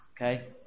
Okay